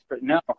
No